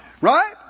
Right